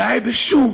(אומר בערבית: אני מתבייש.)